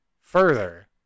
further